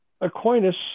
Aquinas